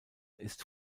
ist